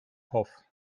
hoff